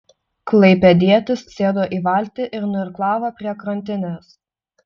klaipėdietis sėdo į valtį ir nuirklavo prie krantinės